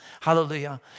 hallelujah